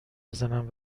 بزنن